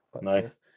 Nice